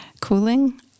Cooling